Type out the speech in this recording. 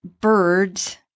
birds